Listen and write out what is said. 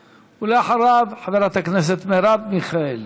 ואחריו, חברת הכנסת מרב מיכאלי.